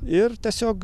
ir tiesiog